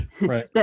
right